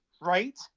Right